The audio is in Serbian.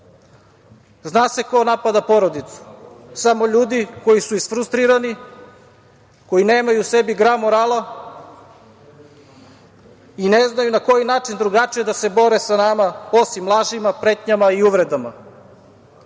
Zna se ko napada porodicu – samo ljudi koji su isfrustrirani, koji nemaju u sebi gram morala i ne znaju na koji način drugačije da se bore sa nama, osim lažima, pretnjama i uvredama.